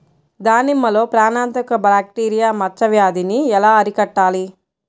దానిమ్మలో ప్రాణాంతక బ్యాక్టీరియా మచ్చ వ్యాధినీ ఎలా అరికట్టాలి?